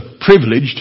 privileged